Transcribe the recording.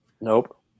Nope